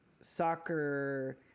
Soccer